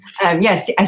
yes